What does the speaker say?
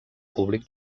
públic